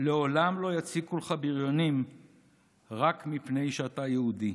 לעולם לא יציקו לך בריונים רק מפני שאתה יהודי,